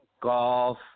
golf